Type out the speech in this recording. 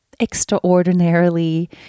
extraordinarily